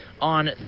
on